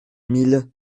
mille